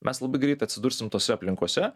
mes labai greit atsidursim tose aplinkose